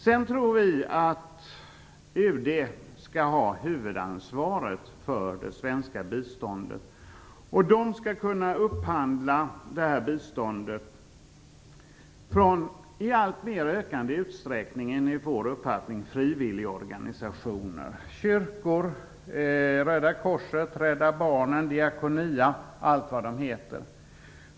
Sedan skall UD ha huvudansvaret för det svenska biståndet. UD skall i ökande utsträckning kunna upphandla bistånd från frivilligorganisationer - kyrkor, Röda korset, Rädda Barnen, Diakonia och allt vad de heter.